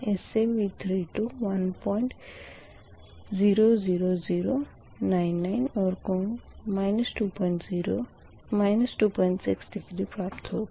इस से V32 100099 और कोण 26 डिग्री प्राप्त होगा